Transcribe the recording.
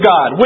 God